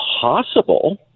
possible